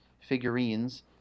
figurines